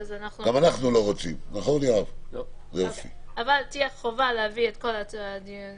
אז --- אבל תהיה חובה להביא את כל הדיונים